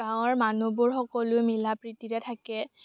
গাঁৱৰ মানুহবোৰ সকলো মিলা প্ৰীতিৰে থাকে